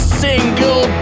single